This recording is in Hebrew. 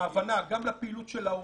וההבנה גם לפעילות של ההורים,